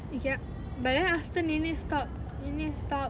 ya but then after nenek stop nenek stop